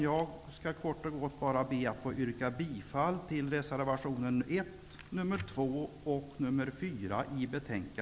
Jag skall kort och gott be att få yrka bifall till reservationerna 1, 2 och 4.